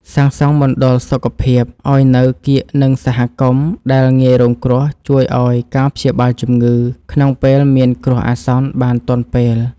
សាងសង់មណ្ឌលសុខភាពឱ្យនៅកៀកនឹងសហគមន៍ដែលងាយរងគ្រោះជួយឱ្យការព្យាបាលជំងឺក្នុងពេលមានគ្រោះអាសន្នបានទាន់ពេល។